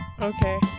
Okay